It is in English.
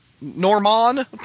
norman